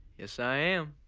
yes, i am.